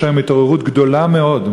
יש היום התעוררות גדולה מאוד,